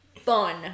fun